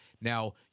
now